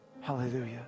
Hallelujah